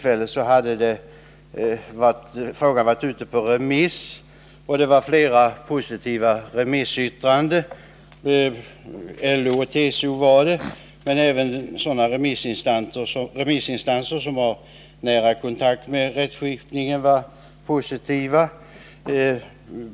Frågan hade varit ute på remiss, och flera remissinstanser var positiva, t.ex. LO och TCO, men även remissinstanser som har nära kontakt med rättsskipningen var positiva.